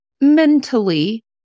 mentally